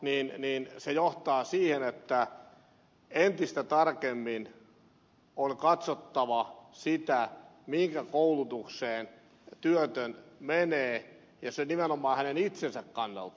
se johtaa siihen että entistä tarkemmin on katsottava mihinkä koulutukseen työtön menee ja nimenomaan hänen itsensä kannalta